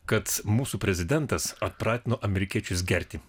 kad mūsų prezidentas atpratino amerikiečius gerti